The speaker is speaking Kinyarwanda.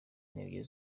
n’ebyiri